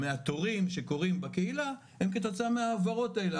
מהתורים שקורים בקהילה הם כתוצאה מההעברות האלה.